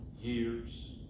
years